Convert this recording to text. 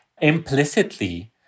implicitly